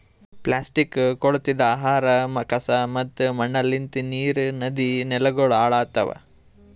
plastic, ಕೊಳತಿದ್ ಆಹಾರ, ಕಸಾ ಮತ್ತ ಮಣ್ಣಲಿಂತ್ ನೀರ್, ನದಿ, ನೆಲಗೊಳ್ ಹಾಳ್ ಆತವ್